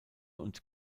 und